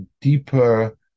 deeper